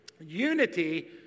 Unity